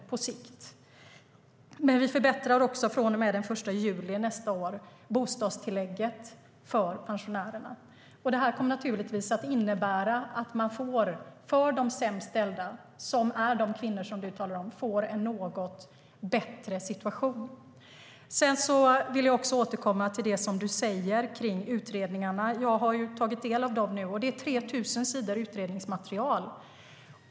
Från och med den 1 juli nästa år förbättrar vi dessutom bostadstillägget för pensionärerna. Det kommer att innebära att de sämst ställda, som är de kvinnor som du, Wiwi-Anne Johansson, talar om, får en något bättre situation. Jag vill återkomma till det som du säger om utredningarna. Jag har nu tagit del av dem. Det är 3 000 sidor utredningsmaterial.